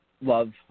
love –